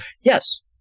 yes